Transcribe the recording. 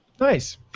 Nice